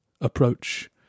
approach